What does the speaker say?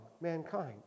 mankind